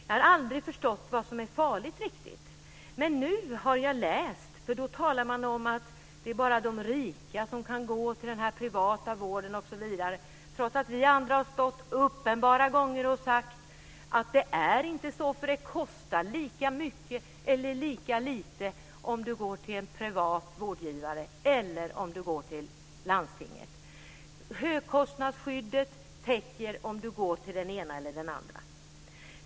Jag har aldrig förstått vad som är farligt, men nu har jag lärt. Man säger att det bara är de rika som kan gå till den privata vården osv. trots att vi andra vid upprepade gånger har sagt att det inte är så, det kostar lika mycket eller lika lite att gå till en privat vårdgivare som att gå till landstinget. Högkostnadsskyddet täcker oavsett om man går till den ena eller den andra.